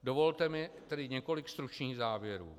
Dovolte mi tedy několik stručných závěrů.